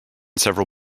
several